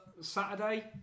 Saturday